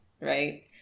right